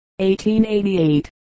1888